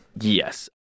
Yes